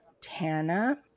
Tana